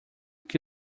que